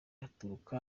haturuka